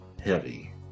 heavy